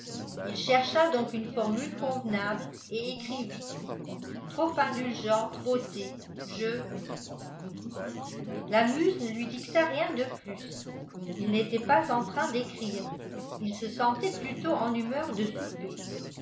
il chercha donc une formule convenable et écrivit trop indulgente beauté je la muse ne lui dicta rien de plus il n'était pas en train d'écrire il se sentait plutôt en humeur de souper